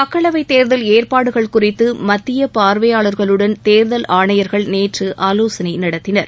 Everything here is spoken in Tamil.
மக்களவை தேர்தல் ஏற்பாடுகள் குறித்து மத்திய பார்வையாளர்களுடன் தேர்தல் ஆணையர்கள் நேற்று ஆலோசனை நடத்தினர்